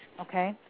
Okay